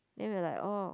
then I like oh